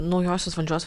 naujosios valdžios